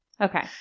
Okay